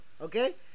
Okay